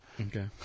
Okay